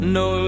no